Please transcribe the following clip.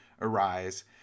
arise